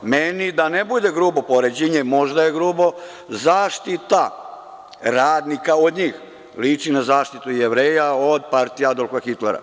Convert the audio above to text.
Meni, da ne bude grubo poređenje, možda je grubo, zaštita radnika od njih liči na zaštitu Jevreja od partija Adolfa Hitlera.